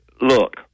look